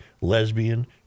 lesbian